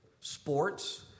sports